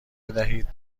بدهید